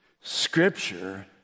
Scripture